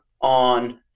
on